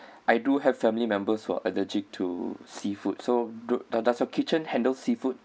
I do have family members who are allergic to seafood so does does your kitchen handle seafood